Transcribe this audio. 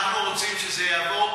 אנחנו רוצים שזה יעבור,